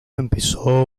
empezó